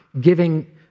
giving